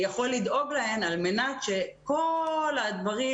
יכולים לדאוג להן על מנת שכל הדברים,